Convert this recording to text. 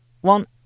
one